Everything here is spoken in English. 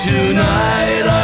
Tonight